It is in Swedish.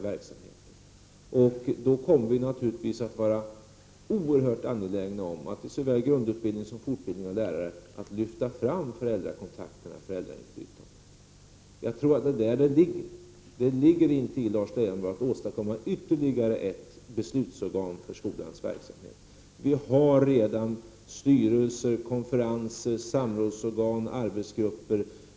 Vi kommer att vara oerhört angelägna om att i såväl grundutbildning som fortbildning av lärare poängtera föräldrakontakterna och föräldrainflytandet. Jag tror att det är det som är lösningen. Den är inte att åstadkomma ytterligare ett beslutsorgan inom skolans verksamhet. Vi har redan styrelser, konferenser, samrådsorgan och arbetsgrupper.